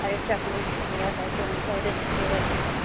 अरे chocolate flavour है कि ऑरेंज फ्लेवर है